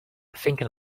thinking